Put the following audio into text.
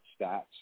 stats